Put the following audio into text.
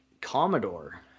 Commodore